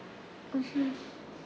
mmhmm